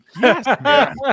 Yes